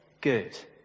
good